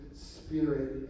spirit